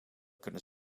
kunnen